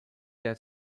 that